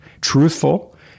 Truthful